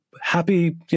happy